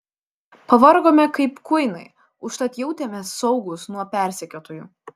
pavargome kaip kuinai užtat jautėmės saugūs nuo persekiotojų